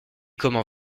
comment